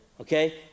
Okay